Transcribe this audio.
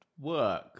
work